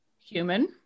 human